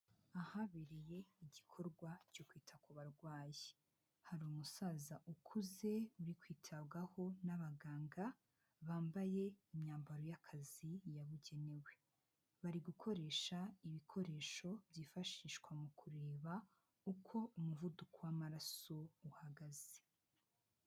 Ahabereye igikorwa cyo kwita ku barwayi, hari umusaza ukuze urikwitabwaho n'abaganga bambaye imyambaro y'akazi yabugenewe, bari gukoresha ibikoresho byifashishwa mu kureba uko umuvuduko w'amaraso uhagaze.